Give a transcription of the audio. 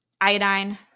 Iodine